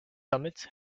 summits